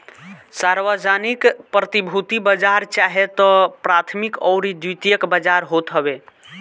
सार्वजानिक प्रतिभूति बाजार चाहे तअ प्राथमिक अउरी द्वितीयक बाजार होत हवे